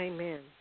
Amen